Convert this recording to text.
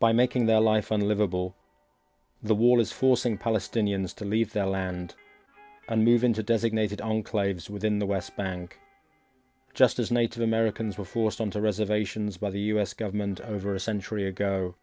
by making their life unlivable the wall is forcing palestinians to leave their land and move into designated enclaves within the west bank just as native americans were forced into reservations by the u s government over a century ago